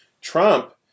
Trump